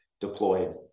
deployed